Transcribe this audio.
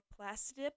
Plastidip